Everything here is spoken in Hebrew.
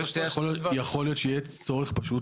יכול להיות שיהיה צורך פשוט,